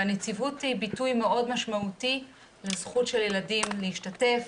והנציבות היא ביטוי מאוד משמעותי לזכות של ילדים להשתתף